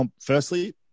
Firstly